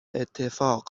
اتفاق